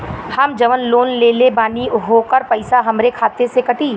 हम जवन लोन लेले बानी होकर पैसा हमरे खाते से कटी?